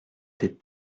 tes